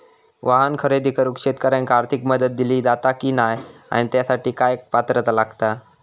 वाहन खरेदी करूक शेतकऱ्यांका आर्थिक मदत दिली जाता की नाय आणि त्यासाठी काय पात्रता लागता?